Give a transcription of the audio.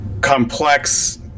complex